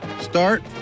Start